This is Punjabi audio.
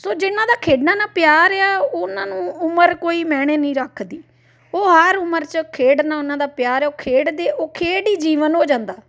ਸੋ ਜਿਹਨਾਂ ਦਾ ਖੇਡਣਾ ਨਾਲ ਪਿਆਰ ਆ ਉਹਨਾਂ ਨੂੰ ਉਮਰ ਕੋਈ ਮਾਇਨੇ ਨਹੀਂ ਰੱਖਦੀ ਉਹ ਹਰ ਉਮਰ 'ਚ ਖੇਡਣਾ ਉਹਨਾਂ ਦਾ ਪਿਆਰ ਹੈ ਉਹ ਖੇਡਦੇ ਉਹ ਖੇਡ ਹੀ ਜੀਵਨ ਹੋ ਜਾਂਦਾ